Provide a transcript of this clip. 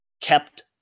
kept